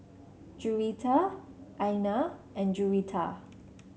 Juwita Aina and Juwita